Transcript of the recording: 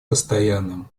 постоянным